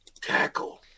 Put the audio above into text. tackle